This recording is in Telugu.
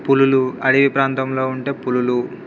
పులులు అడవి ప్రాంతంలో ఉండే పులులు